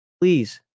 Please